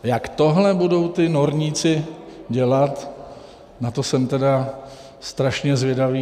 Jak tohle budou ti norníci dělat, na to jsem tedy strašně zvědavý.